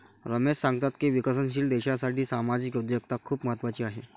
रमेश सांगतात की विकसनशील देशासाठी सामाजिक उद्योजकता खूप महत्त्वाची आहे